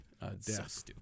Death